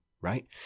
right